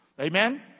Amen